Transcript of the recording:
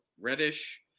Reddish